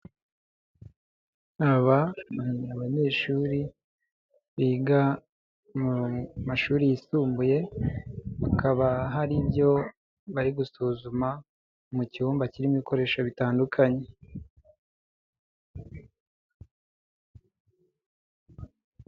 Aba ni abanyeshuri biga mu mashuri yisumbuye bakaba hari ibyo bari gusuzuma mu cyumba kirimo ibikoresho bitandukanye.